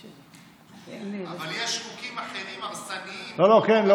אבל יש חוקים אחרים, הרסניים, כן.